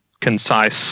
concise